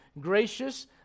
gracious